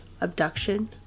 abduction